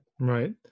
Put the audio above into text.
Right